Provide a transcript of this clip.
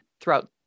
throughout